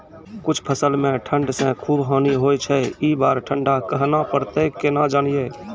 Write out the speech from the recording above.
कुछ फसल मे ठंड से खूब हानि होय छैय ई बार ठंडा कहना परतै केना जानये?